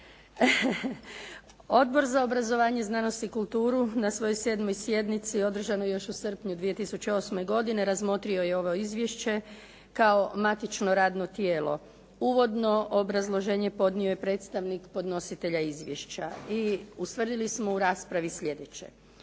Odbor za obrazovanje, znanost i kulturu na svojoj 7. sjednici održanoj još u srpnju 2008. godine razmotrio je ovo izvješće kao matično radno tijelo. Uvodno obrazloženje podnio je predstavnik podnositelja izvješća i ustvrdili smo u raspravi sljedeće.